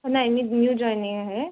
नाही मी new joinee आहे